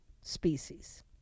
species